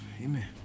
amen